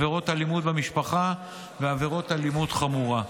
עבירות אלימות במשפחה ועבירות אלימות חמורה.